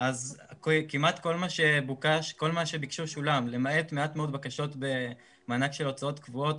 אז כמעט כל מה שהתבקש שולם למעט מעט מאוד בקשות במענק של הוצאות קבועות,